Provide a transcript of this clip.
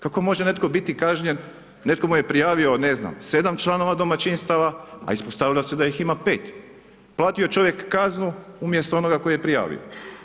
Kako može netko biti kažnjen, netko mu je prijavio, ne znam, 7 članova domaćinstava, a ispostavilo se da ih ima 5, platio je čovjek kaznu, umjesto onog tko je prijavio.